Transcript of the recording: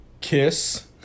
Kiss